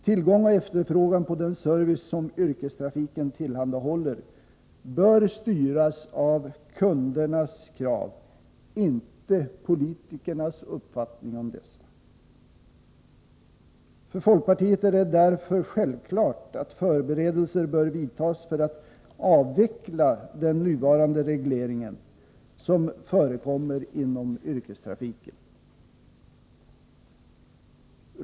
Tillgång och efterfrågan på den service som yrkestrafiken tillhandahåller bör styras av kundernas krav, inte av politikernas uppfattning om dessa. För folkpartiet är det därför självklart att förberedelser bör vidtas för att avveckla den nuvarande reglering som förekommer inom yrkestrafiken.